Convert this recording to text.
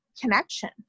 connection